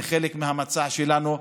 זה חלק מהמצע שלנו.